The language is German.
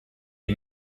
die